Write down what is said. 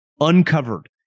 Uncovered